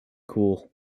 cool